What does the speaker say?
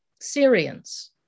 Syrians